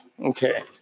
Okay